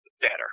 better